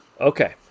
Okay